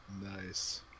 Nice